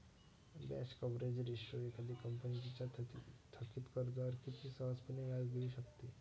व्याज coverage ratio एखादी company तिच्या थकित कर्जावर किती सहजपणे व्याज देऊ शकते